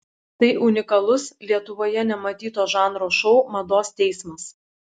tai unikalus lietuvoje nematyto žanro šou mados teismas